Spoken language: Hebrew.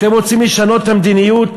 אתם רוצים לשנות את המדיניות.